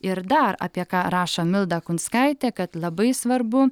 ir dar apie ką rašo milda kunskaitė kad labai svarbu